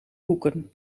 hoeken